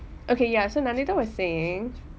okay ya so nandita was saying